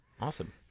Awesome